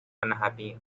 unhappy